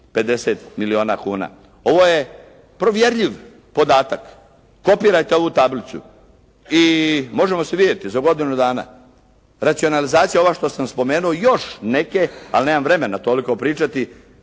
50 milijuna kuna. Ovo je provjerljiv podatak, kopirajte ovu tablicu i možemo se vidjeti za godinu dan. Racionalizacija ova što sam spomenuo i još neke, ali nemam vremena toliko pričati,